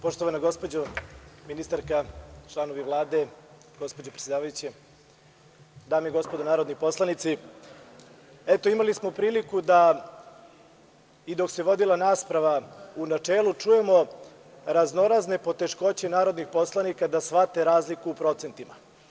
Poštovana gospođo ministarka, članovi Vlade, gospođo predsedavajuća, dame i gospodo narodni poslanici, eto imali smo priliku da i dok se vodila rasprava u načelu čujemo raznorazne poteškoće narodnih poslanika da shvate razliku u procentima.